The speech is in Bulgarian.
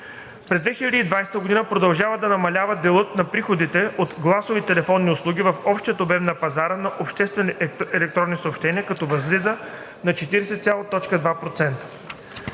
През 2020 г. продължава да намалява делът на приходите от гласови телефонни услуги в общия обем на пазара на обществени електронни съобщения, като възлиза на 40,2%.